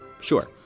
Sure